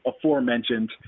aforementioned